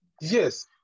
Yes